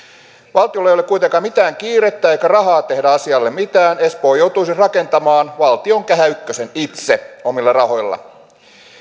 valtiolla ei ole kuitenkaan mitään kiirettä eikä rahaa tehdä asialle mitään espoo joutuu siis rakentamaan valtion kehä ykkösen itse omilla rahoillaan